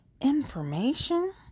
information